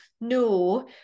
No